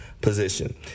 position